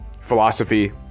philosophy